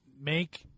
make